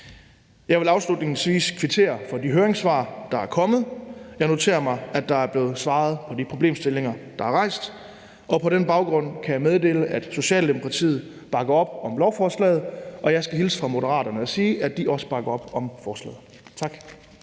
Jeg vil afslutningsvis kvittere for de høringssvar, der er kommet. Jeg noterer mig, at der er blevet svaret på de problemstillinger, der er rejst. På den baggrund kan meddele, at Socialdemokratiet bakker op om lovforslaget. Og jeg skal hilse fra Moderaterne og sige, at de også bakker op om lovforslaget. Tak.